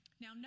Now